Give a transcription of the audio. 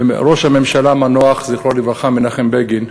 ראש הממשלה המנוח, זכרו לברכה, מנחם בגין,